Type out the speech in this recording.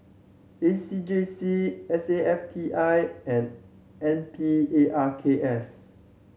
A C J C S A F T I and N Parks